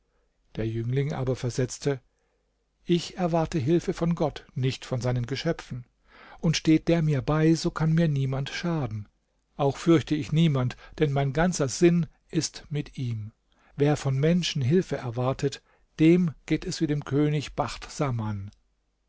der jüngling aber versetzte ich erwarte hilfe von gott nicht von seinen geschöpfen und steht der mir bei so kann mir niemand schaden auch fürchte ich niemand denn mein ganzer sinn ist mit ihm wer von menschen hilfe erwartet dem geht es wie dem könig bacht saman